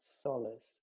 solace